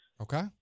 Okay